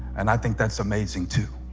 and i think that's amazing too